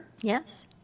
Yes